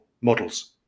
models